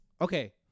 Okay